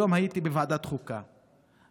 היום הייתי בוועדת חוקה,